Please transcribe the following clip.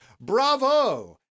bravo